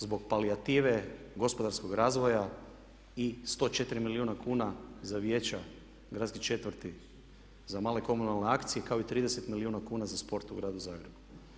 Zbog palijative, gospodarskog razvoja i 104 milijuna kuna za vijeća gradskih četvrti, za male komunalne akcije kao i 30 milijuna kuna za sport u gradu Zagrebu.